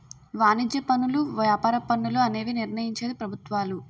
వాణిజ్య పనులు వ్యాపార పన్నులు అనేవి నిర్ణయించేది ప్రభుత్వాలు